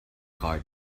card